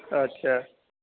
اچھا